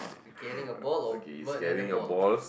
they carrying a ball or brought another ball